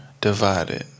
divided